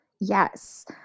Yes